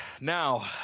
Now